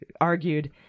argued